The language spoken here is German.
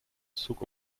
zug